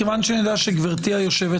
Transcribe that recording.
מכיוון שאני יודע שגברתי היושבת-ראש